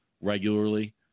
regularly